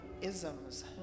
isms